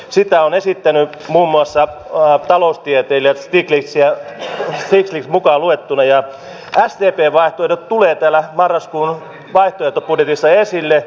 sitä on esittetty muun muassa taloustieteilijä stiglitz mukaan luettuna ja sdpn vaihtoehdot tulevat täällä marraskuun vaihtoehtobudjetissa esille